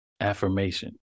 Affirmation